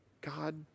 God